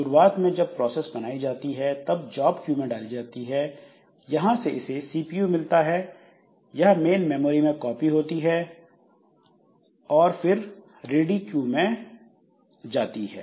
शुरुआत में जब प्रोसेस बनाई जाती है तो यह जॉब क्यू में डाली जाती है यहां से इसे सीपीयू मिलता है यह मेन मेमोरी में कॉपी होती है और फिर रेडी क्यू में आ जाती है